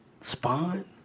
Spawn